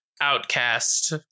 Outcast